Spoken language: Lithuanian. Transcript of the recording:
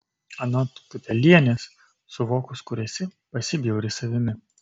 anot kiupelienės suvokus kur esi pasibjauri savimi